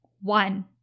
one